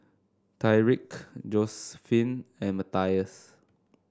Tyrique Josiephine and Matthias